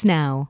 now